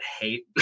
hate